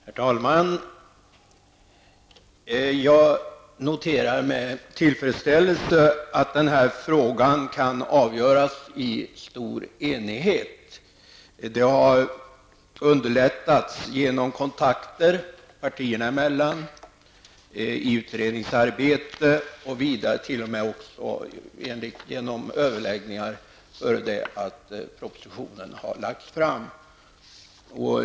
Herr talman! Jag noterar med tillfredsställelse att den här frågan kan avgöras i stor enighet. Detta har underlättats genom kontakter partierna emellan, i utredningsarbete och även genom överläggningar innan propositionen har lagts fram.